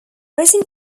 resin